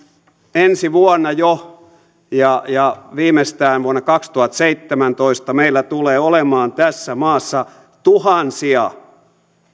ensi vuonna ja ja viimeistään vuonna kaksituhattaseitsemäntoista meillä tulee olemaan tässä maassa tuhansia